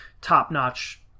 top-notch